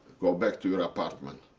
go back to your apartment.